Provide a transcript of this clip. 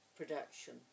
production